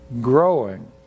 growing